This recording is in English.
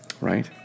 right